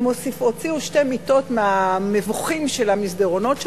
והן הוציאו שתי מיטות מהמבוכים של המסדרונות שלהן.